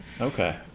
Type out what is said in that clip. Okay